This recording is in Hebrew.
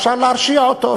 אפשר להרשיע אותו,